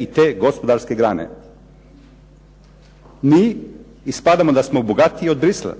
i te gospodarske grane. Mi ispadamo da smo bogatiji od Bruxellesa.